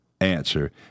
answer